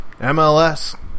MLS